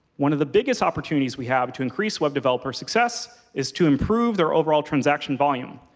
one of the biggest opportunities we have to increase web developers' success is to improve their overall transaction volume,